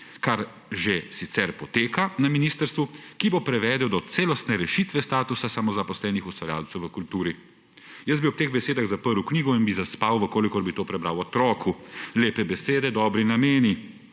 kar že sicer poteka na ministrstvu, ki bo privedel do celostne rešitve statusa samozaposlenih ustvarjalcev v kulturi.« Jaz bi ob teh besedah zaprl knjigo in bi zaspal, če bi to prebral otroku – lepe besede, dobri nameni.